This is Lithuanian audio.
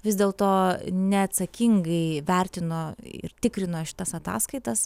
vis dėlto neatsakingai vertino ir tikrino šitas ataskaitas